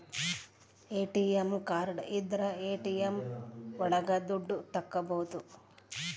ATM card ಇದ್ರ ATM ಒಳಗ ದುಡ್ಡು ತಕ್ಕೋಬೋದು